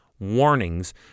warnings